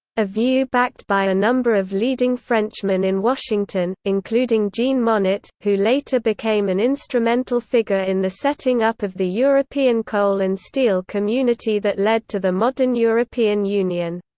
a view backed by a number of leading frenchmen in washington, including including jean monnet, who later became an instrumental figure in the setting up of the european coal and steel community that led to the modern european union.